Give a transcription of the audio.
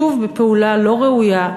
שוב בפעולה לא ראויה,